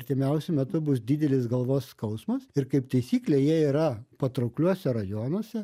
artimiausiu metu bus didelis galvos skausmas ir kaip taisyklė jie yra patraukliuose rajonuose